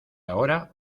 ahora